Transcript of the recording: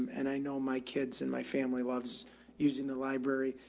and i know my kids and my family loves using the library.